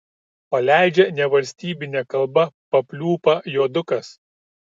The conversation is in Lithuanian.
paleidžia nevalstybine kalba papliūpą juodukas